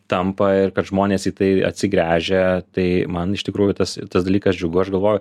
tampa ir kad žmonės į tai atsigręžia tai man iš tikrųjų tas tas dalykas džiugu aš galvoju